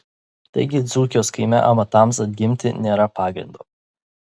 taigi dzūkijos kaime amatams atgimti nėra pagrindo